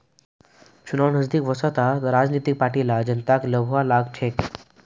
चुनाव नजदीक वस त राजनीतिक पार्टि ला जनताक लुभव्वा लाग छेक